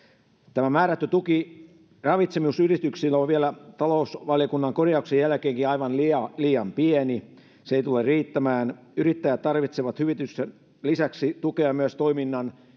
tämä määrätty tuki ravitsemusyrityksille on vielä talousvaliokunnan korjauksien jälkeenkin aivan liian liian pieni se ei tule riittämään yrittäjät tarvitsevat hyvityksen lisäksi tukea myös toiminnan